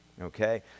Okay